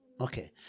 Okay